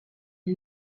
est